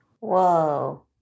Whoa